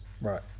Right